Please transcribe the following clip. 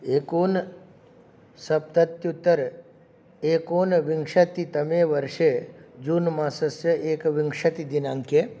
एकोनसप्तत्युत्तर एकोनविंशतितमे वर्षे जून् मासस्य एकविंशतिदिनाङ्के